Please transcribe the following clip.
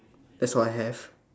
that's all I have